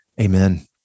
Amen